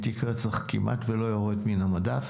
תיק רצח כמעט לא יורד מן המדף.